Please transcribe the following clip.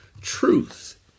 truth